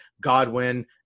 Godwin